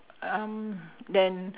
um then)